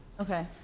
Okay